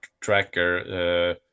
tracker